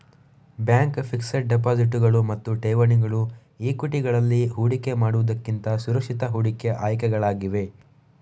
bank fixed ಡೆಪಾಸಿಟುಗಳು ಮತ್ತು ಠೇವಣಿಗಳು ಈಕ್ವಿಟಿಗಳಲ್ಲಿ ಹೂಡಿಕೆ ಮಾಡುವುದಕ್ಕಿಂತ ಸುರಕ್ಷಿತ ಹೂಡಿಕೆ ಆಯ್ಕೆಗಳಾಗಿವೆ